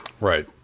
Right